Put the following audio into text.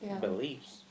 beliefs